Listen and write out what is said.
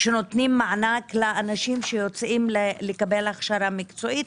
שנותנים מענק לאנשים שיוצאים לקבל הכשרה מקצועית